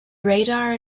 radar